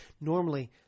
normally